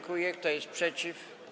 Kto jest przeciw?